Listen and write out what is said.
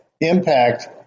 impact